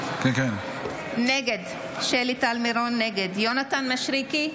נגד יונתן מישרקי,